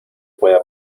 pueda